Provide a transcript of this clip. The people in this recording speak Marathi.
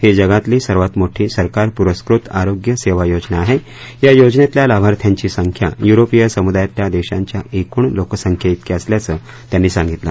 ही जगातील सर्वात मोठी सरकार पुरस्कृत आरोग्य सेवा योजना आहे या योजनेतल्या लाभार्थ्यांची संख्या युरोपीय समूदायातल्या देशांच्या एकूण लोकसंख्येइतकी असल्याचं त्यांनी सांगितलं